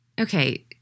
Okay